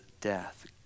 death